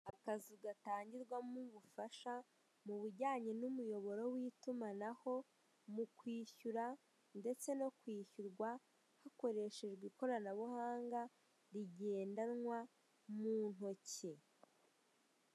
Akazu gatangirwamo ubufasha mu bijyanye n'umuyoboro w'itumanaho, mu kwishyura ndetse no kwishyurwa hakoreshejwe ikoranabuhanga rigendanwa mu ntoki.